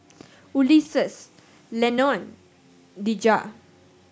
Ulises Lennon Dejah